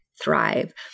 thrive